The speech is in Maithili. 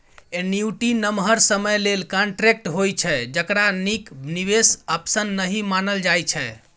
एन्युटी नमहर समय लेल कांट्रेक्ट होइ छै जकरा नीक निबेश आप्शन नहि मानल जाइ छै